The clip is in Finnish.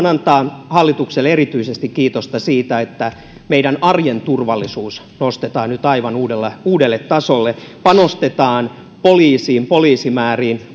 antaa hallitukselle erityisesti kiitosta siitä että meidän arjen turvallisuutemme nostetaan nyt aivan uudelle tasolle panostetaan poliisiin poliisimääriin